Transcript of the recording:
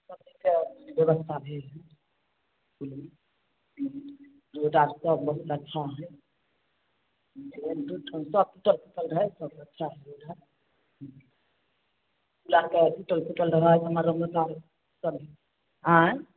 सब चीजके बेबस्था भेल हइ हँ सब बहुत अच्छा हइ अहूठाम सब टुटल फुटल रहै सब अच्छा भेल हइ किलास आओर टुटल फुटल रहै तऽ मरम्मत आओर भेलै अँए